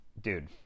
dude